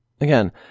Again